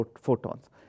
photons